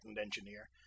engineer